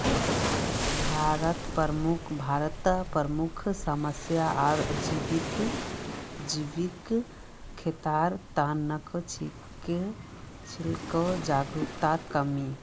भारतत प्रमुख समस्या आर जैविक खेतीर त न छिके जागरूकतार कमी